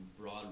broad